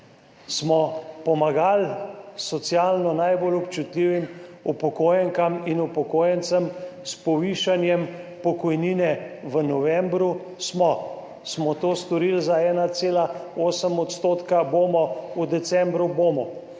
Smo pomagali socialno najbolj občutljivim upokojenkam in upokojencem s povišanjem pokojnine v novembru? Smo. Smo to storili za 1,8 %? Bomo, v decembru bomo.